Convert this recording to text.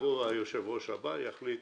שיבוא היושב-ראש הבא, יחליט